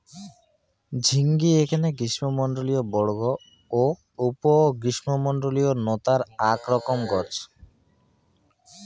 ঝিঙ্গিনী এ্যাকনা গ্রীষ্মমণ্ডলীয় বর্গ ও উপ গ্রীষ্মমণ্ডলীয় নতার আক রকম গছ